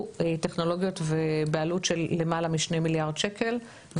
טכנולוגיות בעלות של למעלה מ-2 מיליארד שקלים,